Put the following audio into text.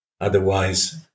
Otherwise